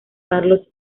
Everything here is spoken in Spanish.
carlos